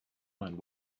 mind